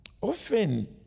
often